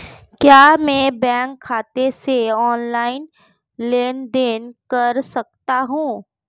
क्या मैं बैंक खाते से ऑनलाइन लेनदेन कर सकता हूं?